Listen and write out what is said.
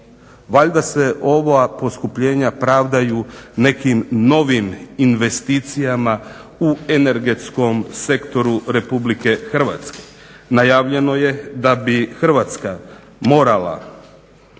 Valjda se ova poskupljenja pravdaju nekim novim investicijama u energetskom sektoru RH. Najavljeno je da bi Hrvatska morala